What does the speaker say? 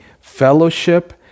fellowship